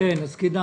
כדאי.